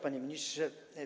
Panie Ministrze!